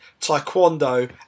taekwondo